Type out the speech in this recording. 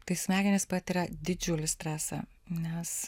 tai smegenys patiria didžiulį stresą nes